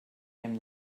him